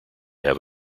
have